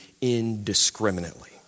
indiscriminately